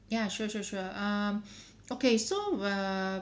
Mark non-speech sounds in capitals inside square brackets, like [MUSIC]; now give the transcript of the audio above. ya sure sure sure um [BREATH] okay so err